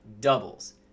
doubles